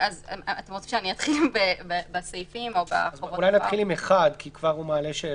נתחיל עם (א)(1) כי הוא כבר מעלה שאלות.